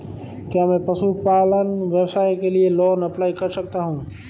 क्या मैं पशुपालन व्यवसाय के लिए लोंन अप्लाई कर सकता हूं?